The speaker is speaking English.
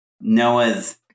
Noah's